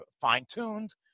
fine-tuned